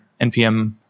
NPM